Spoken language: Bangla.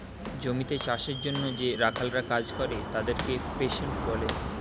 জমিতে চাষের জন্যে যে রাখালরা কাজ করে তাদেরকে পেস্যান্ট বলে